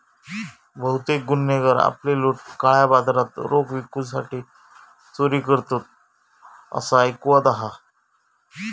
बहुतेक गुन्हेगार आपली लूट काळ्या बाजारात रोख विकूसाठी चोरी करतत, असा ऐकिवात हा